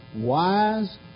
wise